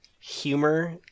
humor